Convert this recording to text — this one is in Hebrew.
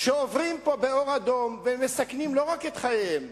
שעוברים פה באור אדום ומסכנים לא רק את חייהם